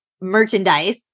merchandise